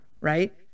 right